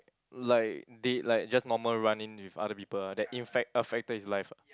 like date like just normal run in with other people ah that infect affected his life ah